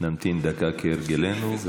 נמתין דקה, כהרגלנו.